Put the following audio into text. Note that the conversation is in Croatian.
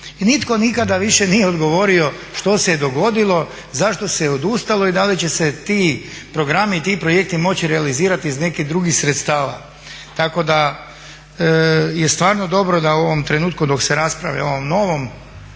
nitko nikada više nije odgovorio što se je dogodilo, zašto se je odustalo i da li će se ti programi i ti projekti moći realizirati iz nekih drugih sredstava. Tako da je stvarno dobro da u ovom trenutku dok se raspravlja o ovom novom